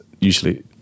usually